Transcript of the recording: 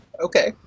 okay